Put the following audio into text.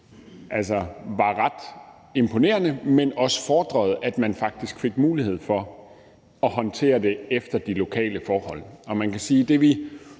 var ret imponerende, men at det faktisk også fordrede, at man fik mulighed for at håndtere det efter de lokale forhold. Man kan sige, at det, vi